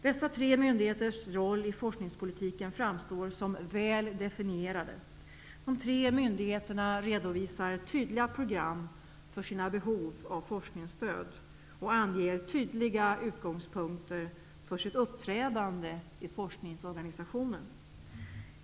Dessa tre myndigheters roller i forskningspolitiken framstår som väl definierade. De tre myndigheterna redovisar tydliga program för sina behov av forskningsstöd och anger tydliga utgångspunkter för sitt uppträdande i forskningorganisationen.